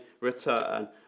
return